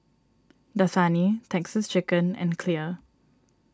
Dasani Texas Chicken and Clear